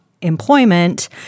employment